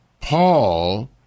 Paul